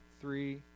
three